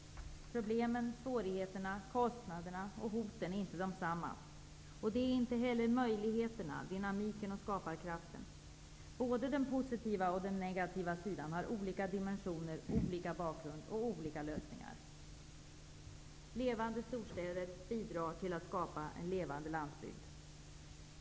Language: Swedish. Problemen, svårigheterna, kostnaderna och hoten är inte desamma. Det är inte heller möjligheterna, dynamiken och skaparkraften. Både den positiva och den negativa sidan har olika dimensioner, olika bakgrund och olika lösningar. Levande storstäder bidrar till att skapa en levande landsbygd.